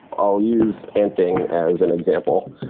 i'll use panting as an example.